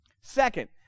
Second